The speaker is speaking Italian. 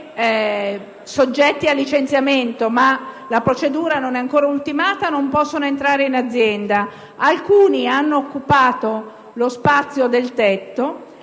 ancorché soggetti al licenziamento (ma la procedura non è ancora ultimata), non possono entrare in azienda. Alcuni di essi hanno occupato lo spazio del tetto